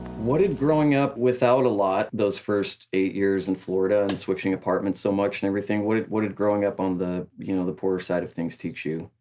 what did growing up without a lot those first eight years in florida, and switching apartments so much and everything, what what did growing up on the you know the poorer side of things teach you?